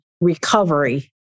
recovery